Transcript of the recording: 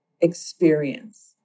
experience